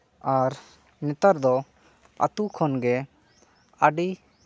ᱟᱨ ᱱᱮᱛᱟᱨ ᱫᱚ ᱟᱹᱛᱳ ᱠᱷᱚᱱ ᱜᱮ ᱟᱹᱰᱤ